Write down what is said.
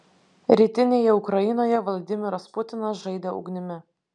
rytinėje ukrainoje vladimiras putinas žaidė ugnimi